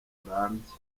burambye